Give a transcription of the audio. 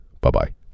Bye-bye